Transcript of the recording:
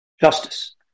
justice